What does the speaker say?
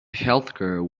healthcare